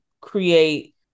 create